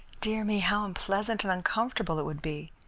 dear me, how unpleasant and uncomfortable it would be!